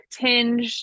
tinged